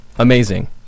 Amazing